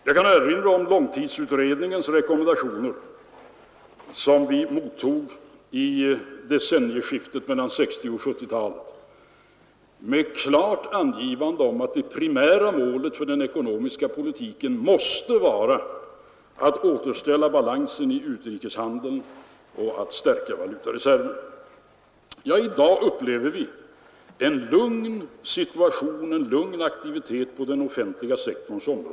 Jag kan erinra om långtidsutredningens rekommendationer, som vi mottog i decennieskiftet mellan 1960 och 1970-talet. Där angavs klart att det primära målet för den ekonomiska politiken måste vara att återställa balansen i utrikeshandeln och att stärka valutareserven. I dag upplever vi en lugn aktivitet på den offentliga sektorn.